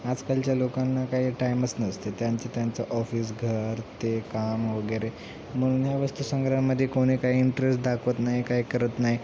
आजकालच्या लोकांना काही टाईमच नसते त्यांचं त्यांचं ऑफिस घर ते काम वगैरे म्हणून ह्या वस्तू संग्रहामध्ये कोणी काही इंटरेस दाखवत नाही काय करत नाही